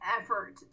effort